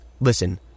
listen